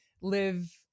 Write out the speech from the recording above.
live